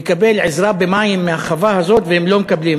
לקבל עזרה במים מהחווה הזאת, והם לא מקבלים.